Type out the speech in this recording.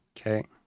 Okay